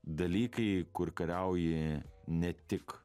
dalykai kur kariauji ne tik